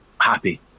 happy